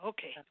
Okay